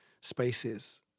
spaces